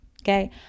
okay